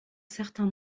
certain